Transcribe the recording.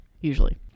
usually